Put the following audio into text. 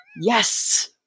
Yes